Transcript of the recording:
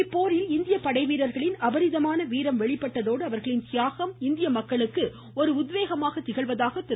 இப்போரில் இந்திய படைவீரர்களின் அபரிதமான வீரம் வெளிப்பட்டதோடு அவர்களின் தியாகம் இந்திய மக்களுக்கு ஒரு உத்வேகமாக திகழ்வதாக திரு